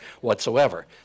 whatsoever